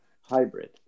hybrid